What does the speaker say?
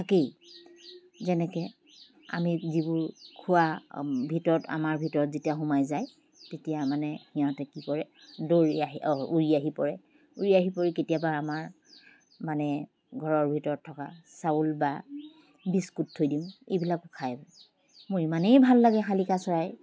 থাকেই যেনেকৈ আমি যিবোৰ খোৱা ভিতৰত আমাৰ ভিতৰত যেতিয়া সোমাই যায় তেতিয়া মানে সিহঁতে কি কৰে দৌৰি আহি উৰি আহি পৰে উৰি আহি পৰি কেতিয়াবা আমাৰ মানে ঘৰৰ ভিতৰত থকা চাউল বা বিস্কুট থৈ দিওঁ এইবিলাকো খায় মোৰ ইমানেই ভাল লাগে শালিকা চৰাই